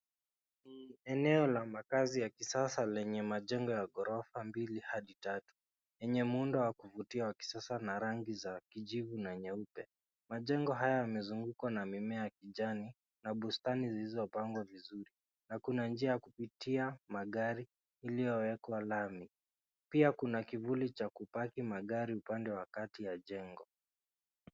Eneo la makaazi ya kisasa lenye majengo ya ghorofa mbili hadi tatu, yenye muundo wa kuvutia wa kisasa na rangi za kijivu na nyeupe. Majengo haya yamezungukwa na mimea ya kijani na bustani zilizopangwa vizuri, na kuna njia ya kupitia magari, iliyowekwa lami. Pia kuna kivuli cha kupaki magari upande wa kati ya jengo.